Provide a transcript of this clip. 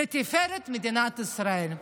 לתפארת מדינת ישראל.